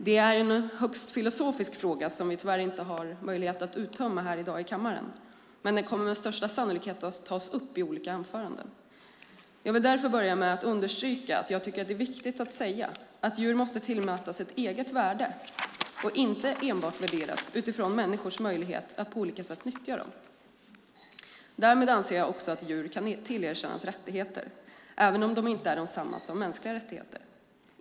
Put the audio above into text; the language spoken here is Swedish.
Det är en högst filosofisk fråga som vi tyvärr inte har möjlighet att uttömmande diskutera i kammaren i dag, men den kommer med största sannolikhet att tas upp i olika anföranden. Jag vill därför understryka att det är viktigt att säga att djur måste tillmätas ett eget värde och inte värderas enbart utifrån människors möjlighet att på olika sätt nyttja dem. Därmed anser jag att djur också kan tillerkännas rättigheter, även om de inte är desamma som mänskliga rättigheter.